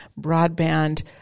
broadband